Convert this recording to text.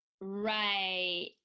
Right